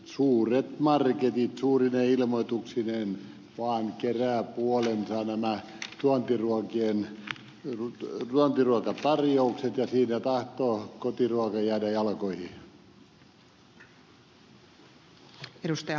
suuret marketit suurine ilmoituksineen vaan keräävät puoleensa näillä tuontiruokatarjouksilla ja siinä tahtoo kotiruoka jäädä jalkoihin